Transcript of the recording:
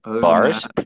Bars